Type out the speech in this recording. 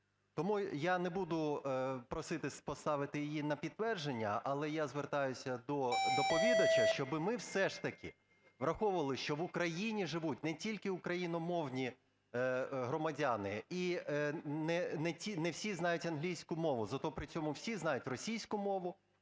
Тому я не буду просити поставити її на підтвердження, але я звертаюся до доповідача, щоб ми все ж таки враховували, що в Україні живуть не тільки україномовні громадяни і не всі знають англійську мову, зате при цьому всі знають російську мову,